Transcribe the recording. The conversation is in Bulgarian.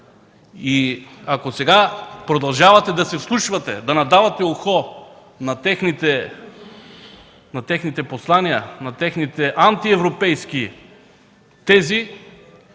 Ако сега продължавате да се вслушвате, да надавате ухо на техните послания, на техните антиевропейски тези,